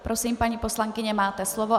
Prosím, paní poslankyně, máte slovo.